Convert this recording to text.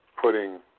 putting